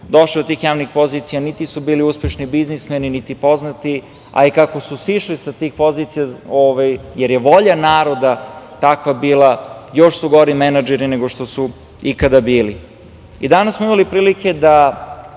došli do tih javnih pozicija niti su bili uspešni biznismeni, niti poznati, a i kako su sišli sa tih pozicija, jer je volja naroda takva bila, još su gori menadžeri nego što su ikada bili. Danas smo imali prilike da